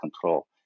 control